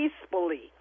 Peacefully